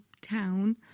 town